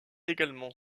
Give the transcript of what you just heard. également